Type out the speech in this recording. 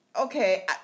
okay